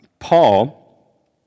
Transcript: Paul